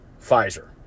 Pfizer